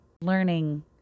learning